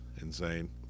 insane